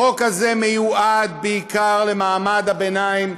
החוק הזה מיועד בעיקר למעמד הביניים,